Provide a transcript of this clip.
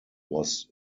was